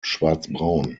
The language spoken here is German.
schwarzbraun